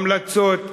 המלצות,